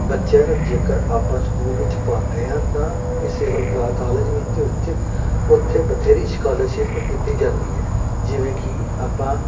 ਬੱਚਿਆਂ ਨੂੰ ਜੇਕਰ ਆਪਾਂ ਸਕੂਲ ਵਿੱਚ ਪਾਉਂਦੇ ਹਾਂ ਤਾਂ ਕਿਸੇ ਹੋਰ ਕਲਾਸ ਕਾਲਜ ਵਿੱਚ ਵਿੱਚ ਉੱਥੇ ਬਥੇਰੀ ਸਕੋਲਰਸ਼ਿਪ ਦਿੱਤੀ ਜਾਂਦੀ ਹੈ ਜਿਵੇਂ ਕਿ ਆਪਾਂ